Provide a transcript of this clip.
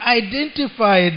identify